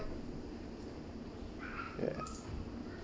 ya